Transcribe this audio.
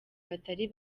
batari